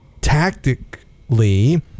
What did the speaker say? tactically